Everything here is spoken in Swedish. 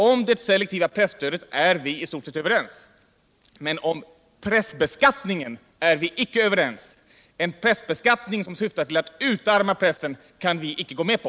Om det selektiva presstödet är vi i stort sett överens, men om pressbeskattningen är vi inte överens. En pressbeskattning som syftar till att utarma pressen kan vi inte gå med på.